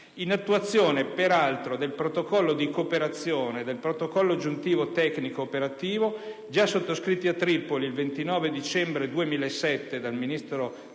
in attuazione peraltro del Protocollo di cooperazione e del Protocollo aggiuntivo tecnico-operativo, già sottoscritti a Tripoli il 29 dicembre 2007 dall'allora